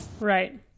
Right